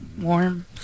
warm